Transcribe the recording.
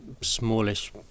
smallish